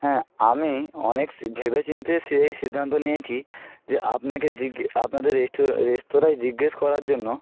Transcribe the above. হ্যাঁ আমি অনেকস ভেবে চিন্তে সেই সিদ্ধান্ত নিয়েছি যে আপনাকে জিজ্ঞে আপনাদের রেস্টু রেস্তোরাঁয় জিজ্ঞেস করার জন্য